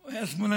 הוא היה ספרדי.